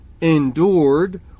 endured